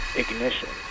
ignition